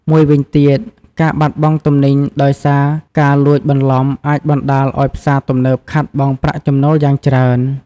មួយវិញទៀតការបាត់បង់ទំនិញដោយសារការលួចបន្លំអាចបណ្តាលឱ្យផ្សារទំនើបខាតបង់ប្រាក់ចំណូលយ៉ាងច្រើន។